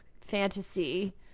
fantasy